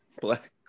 black